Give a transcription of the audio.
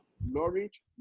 Norwich